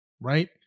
right